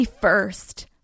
first